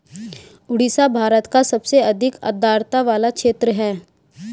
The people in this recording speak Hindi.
ओडिशा भारत का सबसे अधिक आद्रता वाला क्षेत्र है